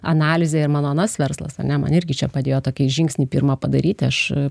analizė ir mano anas verslas ane man irgi čia padėjo tokį žingsnį pirma padaryti aš